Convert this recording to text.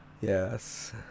Yes